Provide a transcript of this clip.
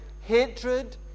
hatred